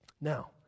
Now